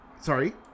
Sorry